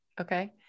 okay